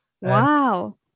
Wow